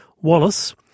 Wallace